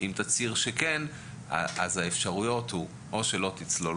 אז יש שתי אפשרויות: או שהוא לא יצלול,